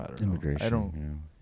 Immigration